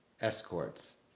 escorts